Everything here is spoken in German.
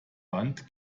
band